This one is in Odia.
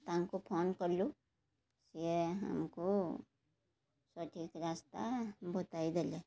ତାଙ୍କୁ ଫୋନ୍ କଲୁ ସେ ଆମକୁ ସଠିକ୍ ରାସ୍ତା ବତାଇଦେଲେ